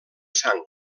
sang